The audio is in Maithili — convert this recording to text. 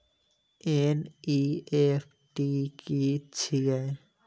एन.ई.एफ.टी की छीयै?